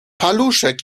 paluszek